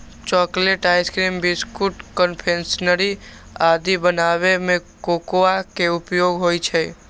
chocolate, ice cream, biscuit, confectionery आदि बनाबै मे कोकोआ के उपयोग होइ छै